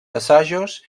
assajos